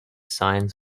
signs